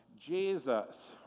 Jesus